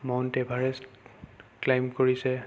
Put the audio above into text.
mount Everest climb কৰিছে